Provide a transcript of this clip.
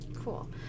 Cool